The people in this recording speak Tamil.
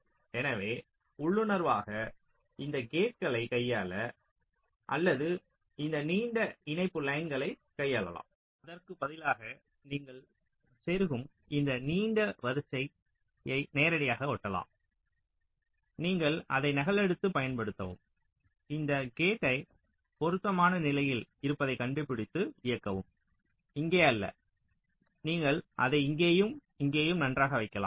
எனவே உள்ளுணர்வாக இந்த கேட்களை கையாள அல்லது இந்த நீண்ட இணைப்புக் லைன்களைக் கையாளலாம் அதற்கு பதிலாக நீங்கள் செருகும் இந்த நீண்ட வரியை நேரடியாக ஓட்டலாம் நீங்கள் அதை நகலெடுத்து பயன்படுத்தவும் இந்த கேட்டை பொருத்தமான நிலையில் இருப்பதைக் கண்டுபிடித்து இயக்கவும் இங்கே அல்ல நீங்கள் அதை இங்கேயும் இங்கேயும் நன்றாக வைக்கலாம்